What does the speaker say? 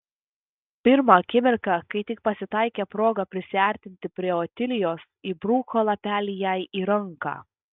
pirmą akimirką kai tik pasitaikė proga prisiartinti prie otilijos įbruko lapelį jai į ranką